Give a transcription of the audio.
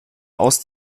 aus